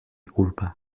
culpa